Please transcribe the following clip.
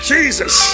Jesus